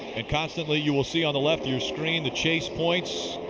constantly you will see on the left of your screen the chase points